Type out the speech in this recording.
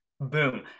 Boom